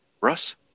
Russ